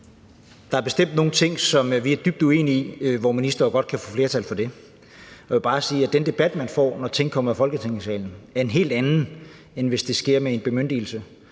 at der bestemt er nogle ting, som vi er dybt uenige i, men hvor ministre godt kan få flertal for det. Jeg vil bare sige, at den debat, man får, når ting kommer i Folketingssalen, er en helt anden, end hvis de sker med en bemyndigelse.